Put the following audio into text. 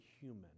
human